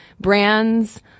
brands